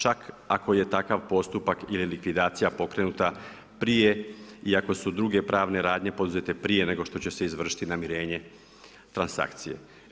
Čak ako je takav postupak i likvidacija pokrenuta prije i ako su druge pravne radnje poduzete prije nego što će se izvršiti namirenje transakcije.